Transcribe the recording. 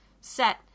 set